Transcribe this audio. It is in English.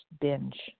binge